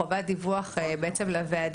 חובת דיווח לוועדה,